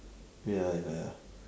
ya ya ya